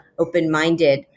open-minded